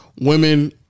women